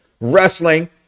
Wrestling